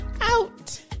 out